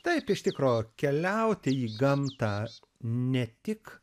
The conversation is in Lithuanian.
taip iš tikro keliauti į gamtą ne tik